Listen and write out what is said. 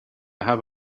have